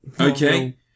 Okay